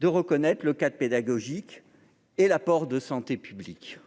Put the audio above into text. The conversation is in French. de reconnaître le quatre pédagogique et l'apport de santé publique.